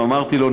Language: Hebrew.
אמרתי לו: